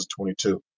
2022